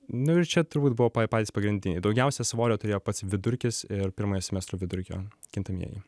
nu ir čia turbūt buvo pa patys pagrindiniai daugiausia svorio turėjo pats vidurkis ir pirmojo semestro vidurkio kintamieji